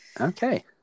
Okay